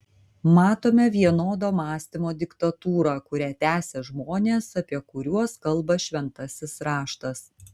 matome vienodo mąstymo diktatūrą kurią tęsia žmonės apie kuriuos kalba šventasis raštas